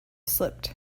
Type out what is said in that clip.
slipped